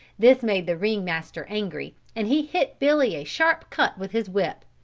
this made the ring-master angry and he hit billy a sharp cut with his whip,